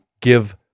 give